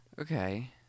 Okay